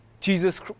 Jesus